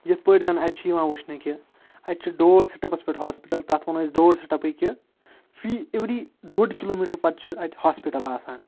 یِتھ پٲٹھۍ زَن اَتہِ چھِ یِوان وٕچھنہٕ کہِ اَتہِ چھِ ڈور سِٹَپَس پٮ۪ٹھ ہاسپِٹَل تَتھ وَنو أسۍ ڈور سِٹَپٕے کہِ فی اِوری ڈوٚڈ کِلوٗ میٖٹَر پَتہٕ چھِ اَتہِ ہاسپِٹَل آسان